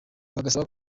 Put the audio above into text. bagasaba